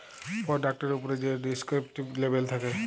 পরডাক্টের উপ্রে যে ডেসকিরিপ্টিভ লেবেল থ্যাকে